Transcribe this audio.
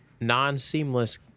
non-seamless